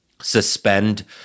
suspend